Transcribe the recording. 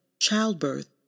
childbirth